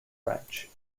branch